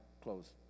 close